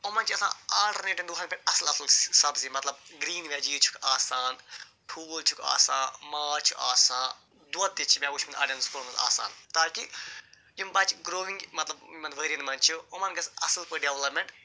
یِمَن چھِ آسان آلٹَرنیٹَن دۄہَن پٮ۪ٹھ اَصٕل اَصٕل سبزی مطلب گریٖن وٮ۪جیٖز چھِکھ آسان ٹھوٗل چھِکھ آسان ماز چھِ آسان دۄد تہِ چھِ مےٚ وٕچھمُت اَڑٮ۪ن سُکوٗلَن منٛز آسان تاکہ یِم بَچہٕ گرٛووِنٛگ مطلب یِمَن ؤریَن منٛز چھِ یِمَن گژھِ اَصٕل پٲٹھۍ ڈٮ۪ولَپمٮ۪نٛٹ